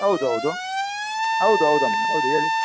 ಹೌದು ಹೌದು ಹೌದು ಹೌದಮ್ಮ ಹೌದು ಹೇಳಿ